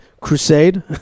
crusade